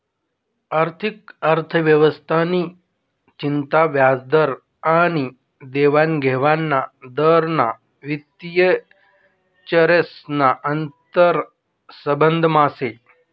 आर्थिक अर्थव्यवस्था नि चिंता व्याजदर आनी देवानघेवान दर ना वित्तीय चरेस ना आंतरसंबंधमा से